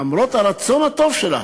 למרות הרצון הטוב שלה